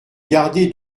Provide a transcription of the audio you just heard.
garder